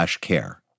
care